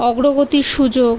অগ্রগতির সুযোগ